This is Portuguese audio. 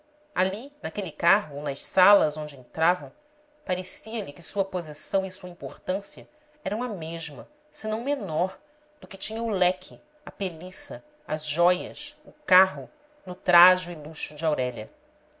ali naquele carro ou nas salas onde entravam parecia-lhe que sua posição e sua importância eram a mesma senão menor do que tinha o leque a peliça as jóias o carro no trajo e luxo de aurélia